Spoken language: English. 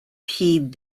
heed